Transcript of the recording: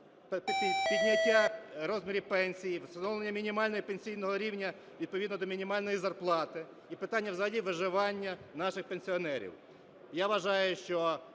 підняття розмірів пенсій, встановлення мінімального пенсійного рівня відповідно до мінімальної зарплати, і питання взагалі виживання наших пенсіонерів. Я вважаю, що